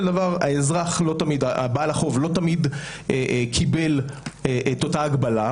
דבר בעל החוב לא תמיד קיבל את אותה הגבלה,